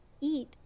eat